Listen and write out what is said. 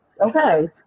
Okay